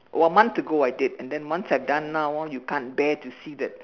one month ago I did and then once I've done now you can't bear to see that